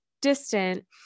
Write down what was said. distant